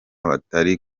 batari